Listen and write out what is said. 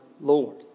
Lord